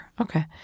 Okay